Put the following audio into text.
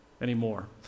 anymore